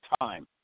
time